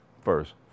first